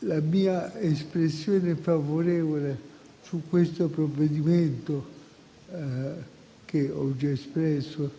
la mia posizione favorevole su questo provvedimento, che ho già espresso